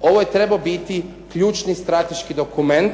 Ovo je trebao biti ključni strateški dokument